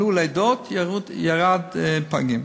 עלו הלידות, ירד מספר הפגים.